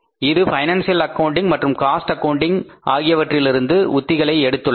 இது financial accounting மற்றும் cost accounting ஆகியவற்றிலிருந்து உத்திகளை எடுத்துள்ளது